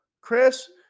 Chris